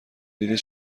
دیدی